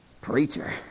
Preacher